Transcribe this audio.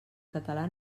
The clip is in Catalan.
català